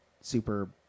super